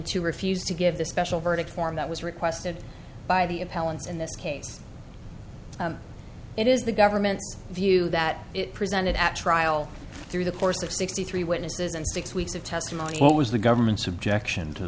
to refuse to give the special verdict form that was requested by the appellants in this case it is the government's view that it presented at trial through the course of sixty three witnesses and six weeks of testimony what was the government's objection to